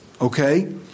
Okay